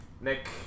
Nick